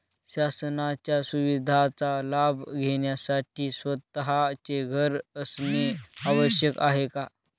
शासनाच्या सुविधांचा लाभ घेण्यासाठी स्वतःचे घर असणे आवश्यक आहे का?